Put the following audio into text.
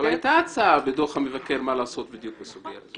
אבל הייתה הצעה בדוח המבקר מה לעשות בסוגיה הזאת.